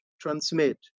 transmit